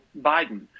Biden